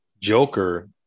Joker